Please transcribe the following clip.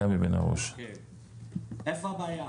איפה הבעיה?